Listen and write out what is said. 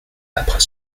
après